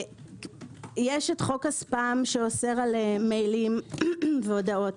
יש חוק הספאם שאוסר על מיילים והודעות,